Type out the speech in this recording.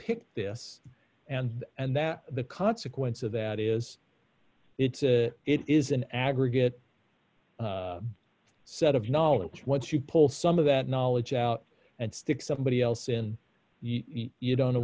pick this and and that the consequence of that is it's a it is an aggregate set of knowledge once you pull some of that knowledge out and stick somebody else in you don't know